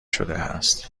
شدهاست